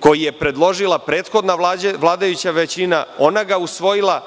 koji je predložila prethodna vladajuća većina, ona ga usvojila,